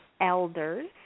Elders